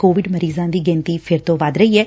Covid ਮਰੀਜਾਂ ਦੀ ਗਿਣਤੀ ਫਿਰ ਤੋ ਵੱਧ ਰਹੀ ਐ